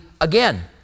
again